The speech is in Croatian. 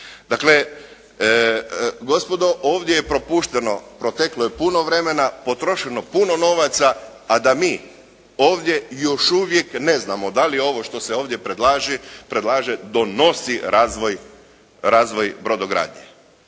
Dakle gospodo ovdje je propušteno, proteklo je puno vremena, potrošeno puno novaca a da mi ovdje još uvijek ne znamo da li je ovo što se ovdje predlaže donosi razvoj brodogradnje.